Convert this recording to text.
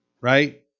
Right